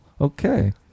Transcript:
okay